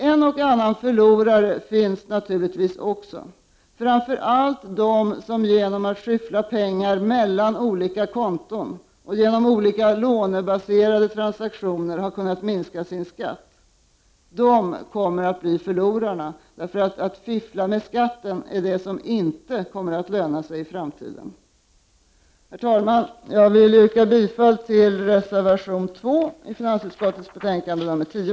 En eller annan förlorare finns det naturligtvis. Framför allt gäller det dem som genom att skyffla pengar mellan olika konton och som genom olika lånebaserade transaktioner har kunnat minska sin skatt. De kommer att bli förlorarna. Att fiffla med skatten är nämligen någonting som inte kommer att löna sig i framtiden. Herr talman! Jag yrkar bifall till reservation 2 i finansutskottets betänkande 10.